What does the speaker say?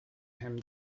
him